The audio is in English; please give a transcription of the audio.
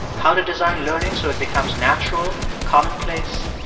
how to design learning so it becomes natural, commonplace,